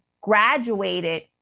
graduated